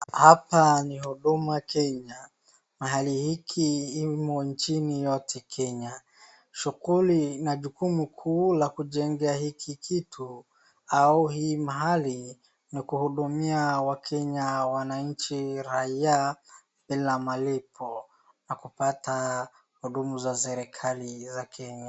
Hapa ni Huduma Kenya. Mahali hiki imo nchini yote Kenya. Shughuli na jukumu kuu la kujenga hiki kitu au hii mahali ni kuhudumia wakenya, wananchi, raia bila malipo na kupata huduma za serikali za Kenya.